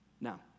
Now